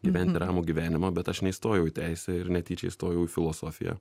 gyventi ramų gyvenimą bet aš neįstojau į teisę ir netyčia įstojau į filosofiją